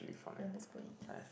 you want let's go and eat